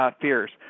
fears